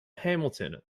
hamilton